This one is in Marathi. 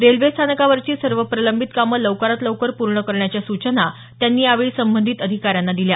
रेल्वे स्थानकावरची सर्व प्रलंबित कामं लवकरात लवकर पूर्ण करण्याच्या सूचना त्यांनी यावेळी संबंधित अधिकाऱ्यांना दिल्या